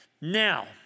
Now